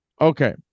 Okay